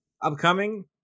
upcoming